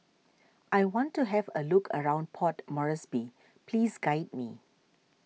I want to have a look around Port Moresby please guide me